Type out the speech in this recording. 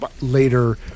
later